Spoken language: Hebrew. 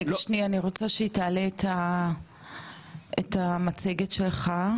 רגע שנייה, אני רוצה שהיא תעלה את המצגת שלך.